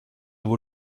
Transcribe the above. vaut